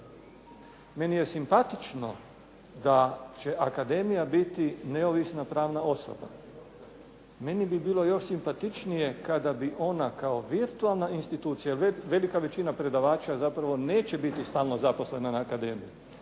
Meni je simpatično da će akademija biti neovisna pravna osoba. Meni bi bilo još simpatičnije kada bi ona kao virtualna institucija, jer velika većina predavača zapravo neće biti stalno zaposlena na akademiji.